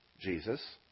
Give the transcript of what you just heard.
Jesus